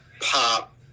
pop